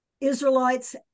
Israelites